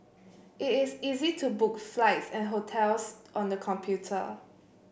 it is easy to book flights and hotels on the computer